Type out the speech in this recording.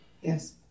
yes